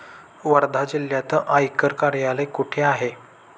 वर्धा जिल्ह्यात आयकर कार्यालय कुठे आहे?